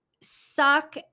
suck